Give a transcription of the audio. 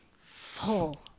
full